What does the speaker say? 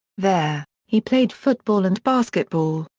there, he played football and basketball,